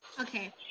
okay